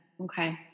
okay